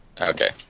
Okay